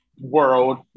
world